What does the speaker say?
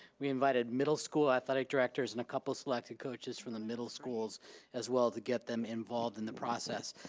we invited middle school athletic directors and a couple selected coaches from the middle schools as well to get them involved in the process.